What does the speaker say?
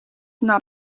not